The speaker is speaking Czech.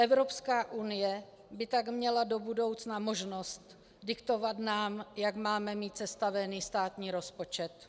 Evropská unie by tak měla do budoucna možnost diktovat nám, jak máme mít sestaven státní rozpočet.